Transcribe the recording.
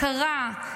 הכרה,